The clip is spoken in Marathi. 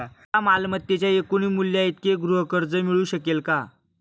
मला मालमत्तेच्या एकूण मूल्याइतके गृहकर्ज मिळू शकेल का?